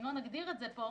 אם לא נגדיר את זה כאן,